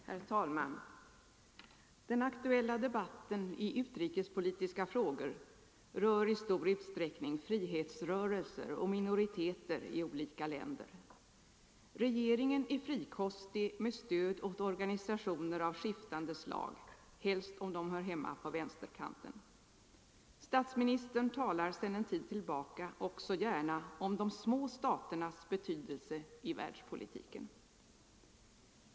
Herr talman! Den aktuella debatten i utrikespolitiska frågor rör i stor utsträckning frihetsrörelser och minoriteter i olika länder. Regeringen är frikostig med stöd åt organisationer av skiftande slag, helst om de hör hemma på vänsterkanten. Statsministern talar sedan en tid tillbaka också gärna om de små staternas betydelse i världspolitiken.